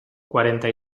cuarenta